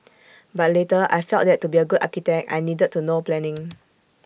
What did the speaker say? but later I felt that to be A good architect I needed to know planning